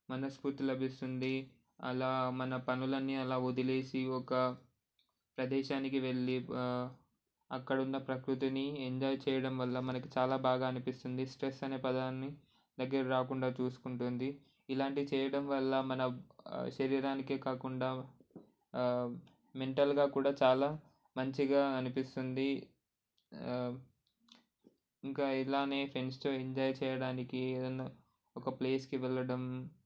మనస్ఫూర్తి లభిస్తుంది అలా మన పనులన్నీ అలా వదిలేసి ఒక ప్రదేశానికి వెళ్ళి అక్కడున్న ప్రకృతిని ఎంజాయ్ చేయడం వల్ల మనకు చాలా బాగా అనిపిస్తుంది స్ట్రెస్ అనే పదాన్ని దగ్గర రాకుండా చూసుకుంటుంది ఇలాంటివి చేయడం వల్ల మన శరీరానికి కాకుండా మెంటల్గా కూడా చాలా మంచిగా అనిపిస్తుంది ఇంకా ఇలానే ఫ్రెండ్స్తో ఎంజాయ్ చేయడానికి ఏదైనా ఒక ప్లేస్కి వెళ్ళడం